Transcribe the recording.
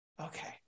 okay